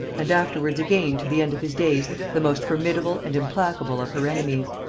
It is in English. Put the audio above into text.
and afterwards again to the end of his days the most formidable and implacable of her enemies.